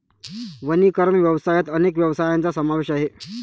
वनीकरण व्यवसायात अनेक व्यवसायांचा समावेश आहे